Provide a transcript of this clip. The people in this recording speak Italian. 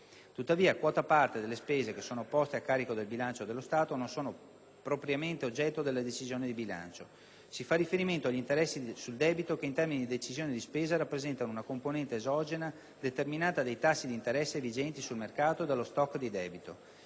Tuttavia, quota parte delle spese che sono poste a carico del bilancio dello Stato non sono propriamente oggetto della decisione di bilancio. Si fa riferimento agli interessi sul debito che, in termini di decisione di spesa, rappresentano una componente esogena determinata dai tassi di interesse vigenti sul mercato e dallo *stock* di debito.